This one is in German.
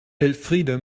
elfriede